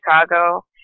Chicago